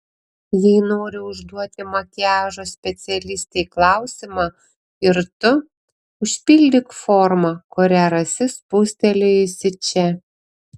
jei nori užduoti makiažo specialistei klausimą ir tu užpildyk formą kurią rasi spustelėjusi čia